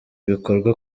ibikorwa